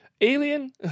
Alien